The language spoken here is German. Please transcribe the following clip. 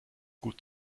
gut